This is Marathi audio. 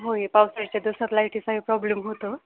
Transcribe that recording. होय पावसाच्या दिवसात लाईटीचाही प्रॉब्लेम होतो